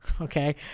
Okay